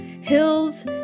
hills